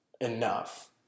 enough